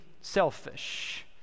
selfish